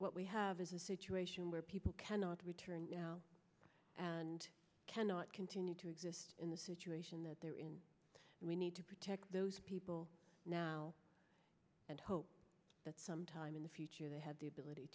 what we have is a situation where people cannot return and cannot continue to exist in the situation that they we need to protect those people now and hope that sometime in the future they have the ability